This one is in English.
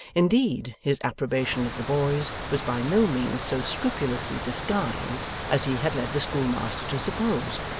indeed, his approbation of the boys was by no means so scrupulously disguised as he had led the schoolmaster to suppose,